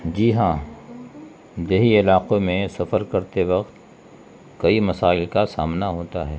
جی ہاں دیہی علاقوں میں سفر کرتے وقت کئی مسائل کا سامنا ہوتا ہے